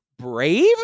brave